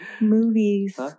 movies